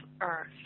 earth